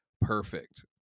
perfect